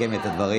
לסכם את הדברים.